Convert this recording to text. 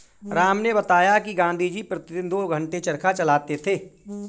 राम ने बताया कि गांधी जी प्रतिदिन दो घंटे चरखा चलाते थे